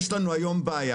יש לנו היום בעיה.